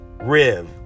RIV